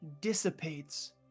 dissipates